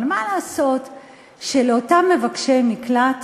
אבל מה לעשות שלאותם מבקשי מקלט